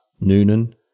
Noonan